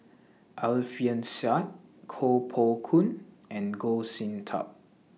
Alfian Sa'at Koh Poh Koon and Goh Sin Tub